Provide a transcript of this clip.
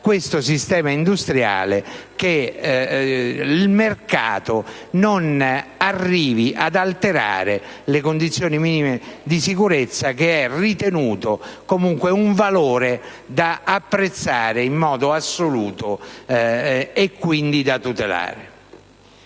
questo sistema industriale che il mercato non arrivi ad alterare le condizioni minime di sicurezza, che sono ritenute un valore da apprezzare in modo assoluto e, quindi, da tutelare.